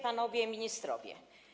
Panowie Ministrowie!